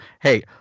Hey